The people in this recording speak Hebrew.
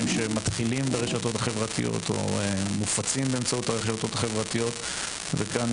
שמתחילים ברשתות החברתיות או מופצים באמצעות הרשתות החברתיות וכאן